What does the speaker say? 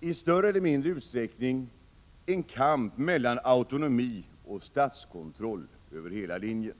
i större eller mindre utsträckning, skåda en kamp mellan autonomi och statskontroll över hela linjen.